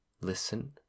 listen